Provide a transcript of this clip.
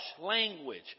language